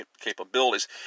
capabilities